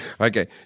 okay